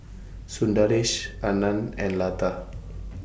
Sundaresh Anand and Lata